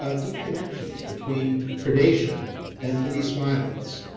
ah deep connections between predation and police violence.